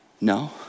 No